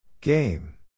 Game